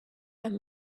and